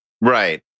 right